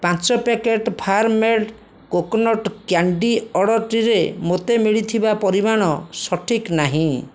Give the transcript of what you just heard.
ପାଞ୍ଚ packet farm made coconut candy ଅର୍ଡ଼ର୍ଟିରେ ମୋତେ ମିଳିଥିବା ପରିମାଣ ସଠିକ୍ ନାହିଁ